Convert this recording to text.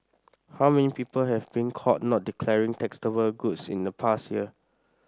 how many people have been caught not declaring taxable goods in the past year